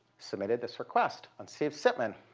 submitted this request on steve sipman,